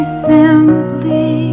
simply